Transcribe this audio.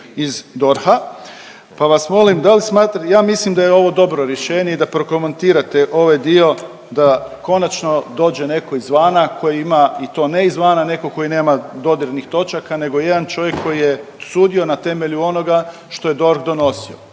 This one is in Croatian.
iz DORH, pa vas molim dal smatra, js mislim da je ovo dobro rješenje i da prokomentirate ovaj dio da konačno dođe neko izvan koji ima i to ne izvana neko koji nema dodirnih točaka nego jedan čovjek koji je sudio na temelju onoga što je DORH donosio,